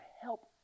help